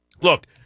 look